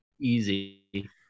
Easy